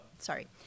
sorry